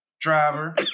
driver